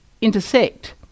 intersect